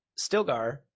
Stilgar